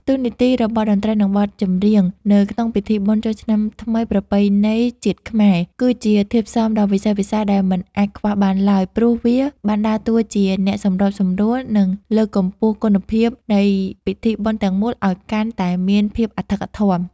តួនាទីរបស់តន្ត្រី និងបទចម្រៀងនៅក្នុងពិធីបុណ្យចូលឆ្នាំថ្មីប្រពៃណីជាតិខ្មែរ គឺជាធាតុផ្សំដ៏វិសេសវិសាលដែលមិនអាចខ្វះបានឡើយ ព្រោះវាបានដើរតួជាអ្នកសម្របសម្រួល និងលើកកម្ពស់គុណតម្លៃនៃពិធីបុណ្យទាំងមូលឱ្យកាន់តែមានភាពអធិកអធម។